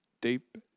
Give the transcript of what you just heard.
deep